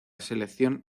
selección